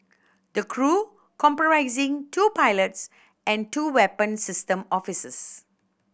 the crew comprising two pilots and two weapon system officers